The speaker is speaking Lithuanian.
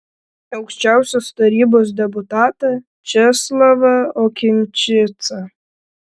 aukščiausiosios tarybos deputatą česlavą okinčicą